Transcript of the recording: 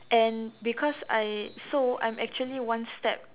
and because I so I'm actually one step